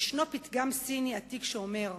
יש פתגם סיני עתיק שאומר: